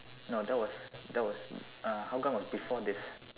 no that was that was uh Hougang was before this